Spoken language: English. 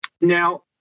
Now